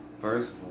First